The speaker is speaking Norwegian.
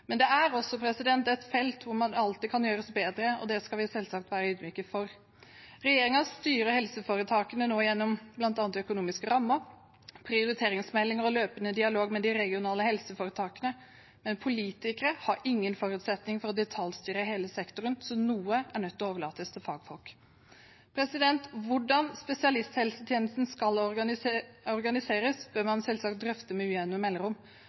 Men det er også et felt der man alltid kan gjøre det bedre, og det skal vi selvsagt være ydmyke overfor. Regjeringen styrer nå helseforetakene bl.a. gjennom økonomiske rammer, prioriteringsmeldinger og løpende dialog med de regionale helseforetakene. Men politikere har ingen forutsetning for å detaljstyre hele sektoren, så noe er nødt til å overlates til fagfolk. Hvordan spesialisthelsetjenesten skal organiseres, bør man selvsagt drøfte med